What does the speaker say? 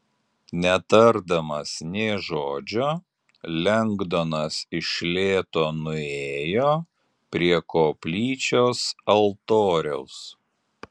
netardamas nė žodžio lengdonas iš lėto nuėjo prie koplyčios altoriaus